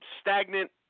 stagnant